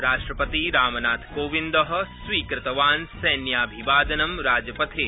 राष्ट्रपती रामनाथकोविन्दः स्वीकृतवान सैन्याभिवादनं राजपथे